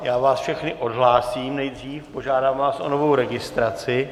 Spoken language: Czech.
Já vás všechny odhlásím nejdřív, požádám vás o novou registraci.